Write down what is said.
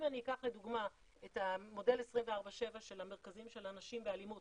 אם אני אקח לדוגמה את מודל 24/7 של המרכזים של אנשים באלימות